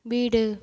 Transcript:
வீடு